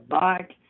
bike